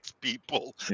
people